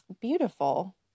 beautiful